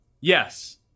yes